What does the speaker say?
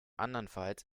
andernfalls